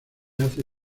hace